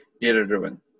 data-driven